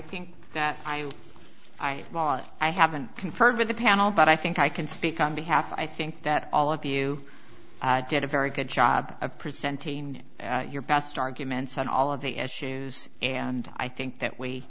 think that i i haven't confirmed with the panel but i think i can speak on behalf i think that all of you did a very good job of presenting your best arguments on all of the issues and i think that w